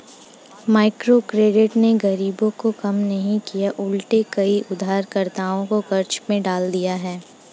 microcredit ने गरीबी को कम नहीं किया उलटे कई उधारकर्ताओं को कर्ज में डाल दिया है